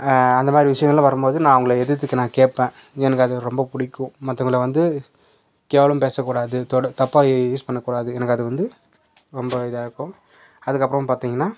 அந்த மாதிரி விஷியங்களெலாம் வரும்போது நான் அவங்கள எதிர்த்து நான் கேட்பேன் எனக்கு அது ரொம்ப பிடிக்கும் மற்றவங்கள வந்து கேவலமாக பேசக்கூடாது தொட தப்பாக யூஸ் பண்ணக்கூடாது எனக்கு அது வந்து ரொம்ப இதாக இருக்கும் அதுக்கப்புறம் பார்த்திங்கன்னா